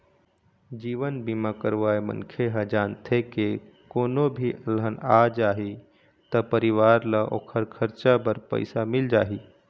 जीवन बीमा करवाए मनखे ह जानथे के कोनो भी अलहन आ जाही त परिवार ल ओखर खरचा बर पइसा मिल जाही